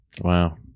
Wow